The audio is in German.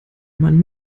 man